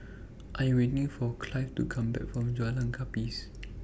I Am waiting For Clive to Come Back from Jalan Gapis